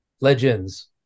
Legends